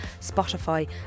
spotify